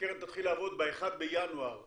שהקרן תתחיל לעבוד ב-1 בינואר 2021,